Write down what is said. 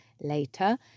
later